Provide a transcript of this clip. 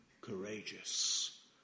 courageous